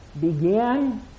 began